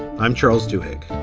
i'm charles duhigg